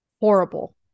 Horrible